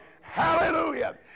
hallelujah